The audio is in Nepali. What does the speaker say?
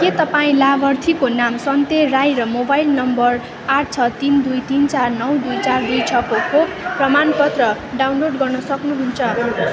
के तपाईँँ लाभार्थीको नाम सन्ते राई र मोबाइल नम्बर आठ छ तिन दुई तिन चार नौ दुई चार दुई छ को खोप प्रमाणपत्र डाउनलोड गर्न सक्नुहुन्छ